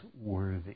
worthy